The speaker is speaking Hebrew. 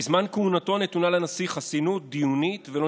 בזמן כהונתו נתונה לנשיא חסינות דיונית ולא